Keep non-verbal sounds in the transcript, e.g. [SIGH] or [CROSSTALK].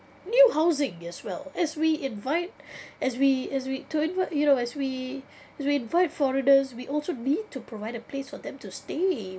new housing as well as we invite [BREATH] as we as we to invite you know as we [BREATH] as we invite foreigners we also need to provide a place for them to stay